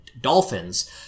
dolphins